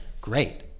Great